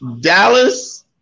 Dallas